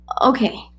Okay